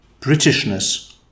Britishness